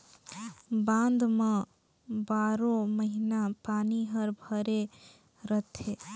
बांध म बारो महिना पानी हर भरे रथे